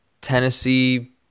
Tennessee